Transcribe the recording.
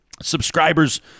Subscribers